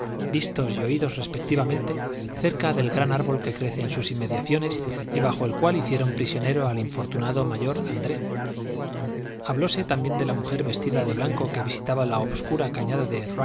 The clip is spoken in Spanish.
vistas y oídos respectivamente cerca del gran árbol que crece en sus inmediaciones y bajo el cual hicieron prisionero al infortunado mayor andré hablóse también de la mujer vestida de blanco que visitaba la obscura cañada de